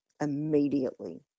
immediately